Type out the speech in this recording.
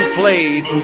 played